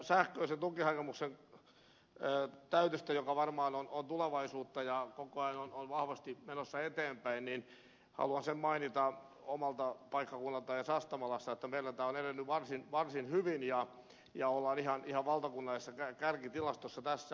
tästä sähköisen tukihakemuksen täytöstä joka varmaan on tulevaisuutta ja koko ajan on vahvasti menossa eteenpäin haluan sen mainita omalta paikkakunnaltani sastamalasta että meillä tämä on edennyt varsin hyvin ja ollaan ihan valtakunnallisessa kärkitilastossa tässä